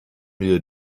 wir